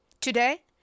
Today